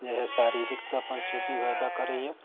जे है शारीरिक तऽ अपन शुद्धि होबे करैया